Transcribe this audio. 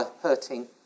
hurting